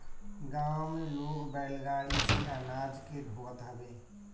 गांव में लोग बैलगाड़ी से अनाज के ढोअत हवे